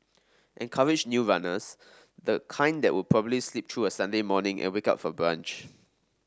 encourage new runners the kind that would probably sleep through a Sunday morning and wake up for brunch